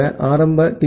இந்த ஆரம்ப டி